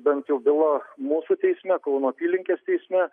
bent jau byla mūsų teisme kauno apylinkės teisme